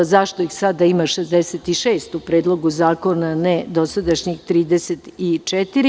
Zašto ih sada ima 66 u Predlogu zakona, a ne dosadašnjih 34.